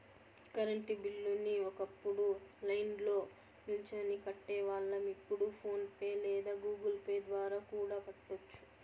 current బిల్లుని ఒకప్పుడు లైన్ల్నో నిల్చొని కట్టేవాళ్ళం, ఇప్పుడు ఫోన్ పే లేదా గుగుల్ పే ద్వారా కూడా కట్టొచ్చు